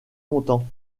content